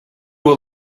will